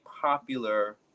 popular